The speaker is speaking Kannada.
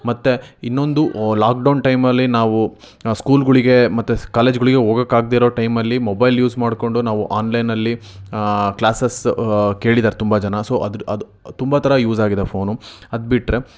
ಮತ್ತು ಇನ್ನೊಂದು ಲಾಕ್ಡೌನ್ ಟೈಮಲ್ಲಿ ನಾವು ಸ್ಕೂಲ್ಗಳಿಗೆ ಮತ್ತೆ ಕಾಲೇಜುಗಳಿಗೆ ಹೋಗೋಕಾಗದೇ ಇರೋ ಟೈಮಲ್ಲಿ ಮೊಬೈಲ್ ಯೂಸ್ ಮಾಡಿಕೊಂಡು ನಾವು ಆನ್ಲೈನ್ನಲ್ಲಿ ಕ್ಲಾಸಸ್ ಕೇಳಿದ್ದಾರೆ ತುಂಬ ಜನ ಸೊ ಅದ್ರ ಅದು ತುಂಬ ಥರ ಯೂಸ್ ಆಗಿದೆ ಫೋನು ಅದ್ಬಿಟ್ರೆ